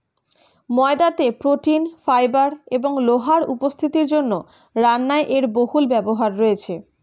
ময়দাতে protein, fibre এবং লোহার উপস্থিতির জন্য রান্নায় এর বহুল ব্যবহার রয়েছে